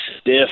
stiff